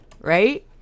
right